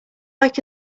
like